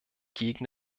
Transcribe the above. gegen